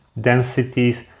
densities